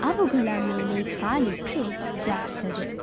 ಅವುಗಳ ಮೇಲೆ ಕಾಲಿಟ್ಟರೆ ಜಾರ್ತದೆ